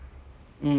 and you